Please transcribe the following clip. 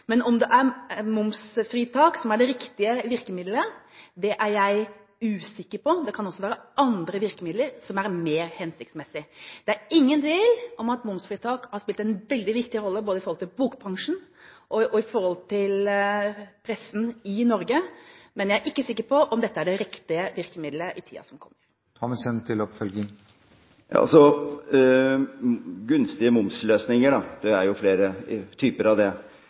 Men om det er momsfritak som er det riktige virkemiddelet, er jeg usikker på. Det kan også være andre virkemidler som er mer hensiktsmessige. Det er ingen tvil om at momsfritak har spilt en veldig viktig rolle både i forhold til bokbransjen og i forhold til pressen i Norge, men jeg er ikke sikker på om dette er det riktige virkemiddelet i tiden som kommer. Gunstige momsløsninger – det er jo flere typer av det